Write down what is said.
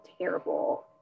terrible